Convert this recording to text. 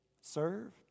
serve